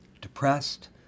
depressed